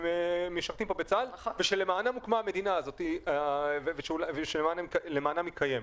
שמשרתים כאן בצה"ל ושלמענם הוקמה המדינה הזאת ולמענם היא קיימת.